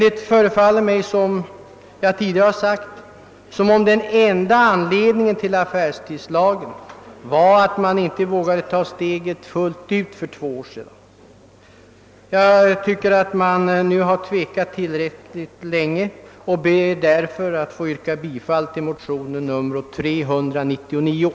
Det förefaller emellertid som om den enda anledningen till denna lag var att man inte vågade ta steget fullt ut för två år sedan. Jag ber att få yrka bifall till det i motionerna I: 348 och II: 399 under II framställda yrkandet.